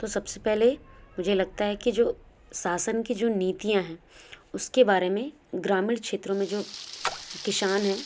तो सबसे पहले मुझे लगता है कि जो शासन की जो नीतियाँ हैं उसके बारे में ग्रामीण क्षेत्रों में जो किसान है